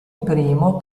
primo